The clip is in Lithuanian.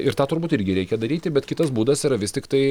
ir tą turbūt irgi reikia daryti bet kitas būdas yra vis tiktai